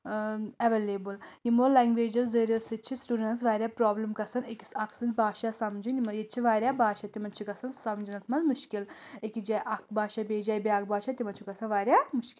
available یِمَو لَینٛگوَیٚجو ذٔریعہٕ سۭتۍ چھِ سٹوٗڈنٛٹس واریاہ پٕرٛابلِم گژھَان أکِس اکھ سٕنٛز باشا سمجِن یِمَن ییٚتہِ چھِ واریاہ باشا تِمَن چھُ گژھَان سمجَنَس منٛز مُشکِل أکِس جایہِ اکھ باشا بیٚیِس جایہِ بیٛاکھ باشا تِمن چھُ گژھَان واریاہ مُشکِل